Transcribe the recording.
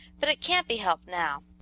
but it can't be helped now.